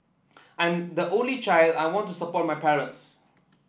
I am the only child I want to support my parents